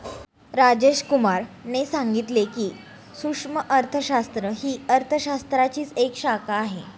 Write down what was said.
राजेश कुमार ने सांगितले की, सूक्ष्म अर्थशास्त्र ही अर्थशास्त्राचीच एक शाखा आहे